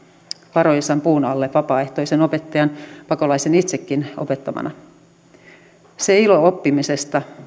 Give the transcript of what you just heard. varjoisan puun alle vapaaehtoisen opettajan pakolaisen itsekin opettamana ilo oppimisesta